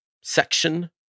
section